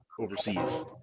overseas